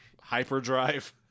hyperdrive